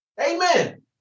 Amen